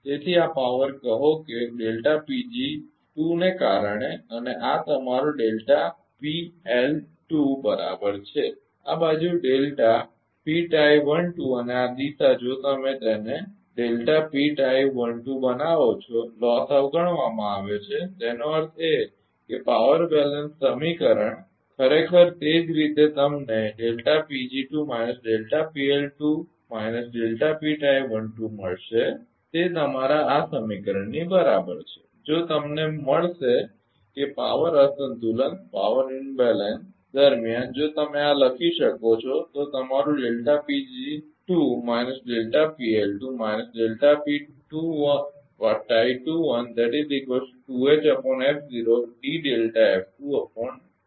તેથી આ પાવર કહો કે ને કારણે અને આ તમારો બરાબર છે અને આ બાજુ અને આ દિશા જો તમે તેને બનાવો છો લોસ અવગણવામાં આવે છે તેનો અર્થ એ કે પાવર બેલેન્સ સમીકરણ ખરેખર તે જ રીતે તમને મળશે તે તમારા આ સમીકરણની બરાબર છે જો તમને મળશે કે પાવર અસંતુલન દરમિયાન જો તમે આ લખી શકો છો તે તમારું છે